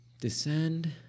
Descend